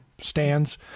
stands